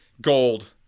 gold